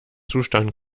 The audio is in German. zustand